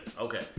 Okay